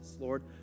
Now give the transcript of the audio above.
Lord